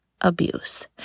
abuse